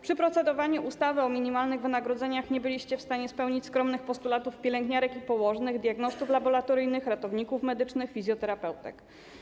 Przy procedowaniu ustawy o minimalnych wynagrodzeniach nie byliście w stanie spełnić skromnych postulatów pielęgniarek i położnych, diagnostów laboratoryjnych, ratowników medycznych, fizjoterapeutek.